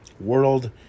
world